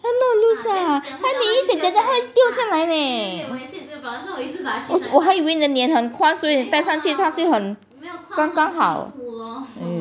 它 not loose lah 它你一讲讲讲它会掉下来诶我我还以为你的脸很宽所以带上它很刚刚好